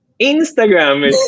instagram